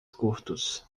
curtos